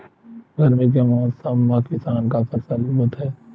गरमी के मौसम मा किसान का फसल बोथे?